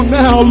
now